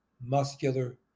muscular